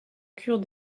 cure